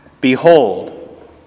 Behold